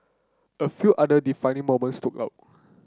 a few other defining moments stood out